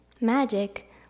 Magic